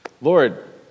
Lord